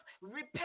repent